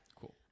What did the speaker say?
Cool